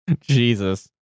Jesus